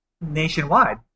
nationwide